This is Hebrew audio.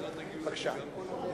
בבקשה.